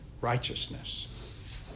righteousness